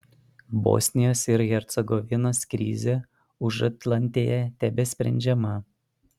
bosnijos ir hercegovinos krizė užatlantėje tebesprendžiama